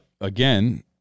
again